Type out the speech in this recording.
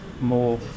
more